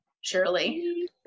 surely